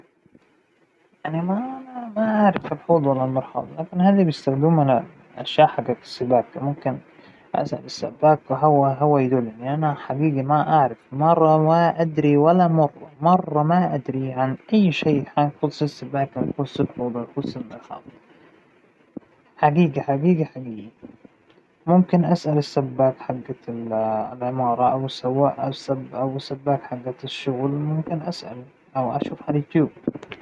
ما بعرف كيف اسلك حوض أو مرحاض مسدودين، ما- ما عندى خلفية بهذى المواضيع، لأنه زوجى هو دايماً يتصرف بهى الشغلات، لكن أنا ما سبق إلى وتعاملت معهم نهائى، وإن الحمد لله ما سبق اصلاً وانسد عندى شى حوض أو مرحاض، ما جد مريت بهى القصة.